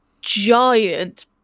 giant